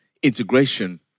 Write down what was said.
Integration